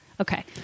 Okay